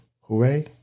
Hooray